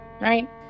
right